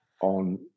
on